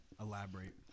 elaborate